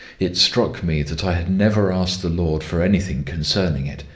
it struck me that i had never asked the lord for anything concerning it,